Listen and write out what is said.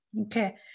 okay